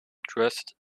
dressed